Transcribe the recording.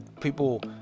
People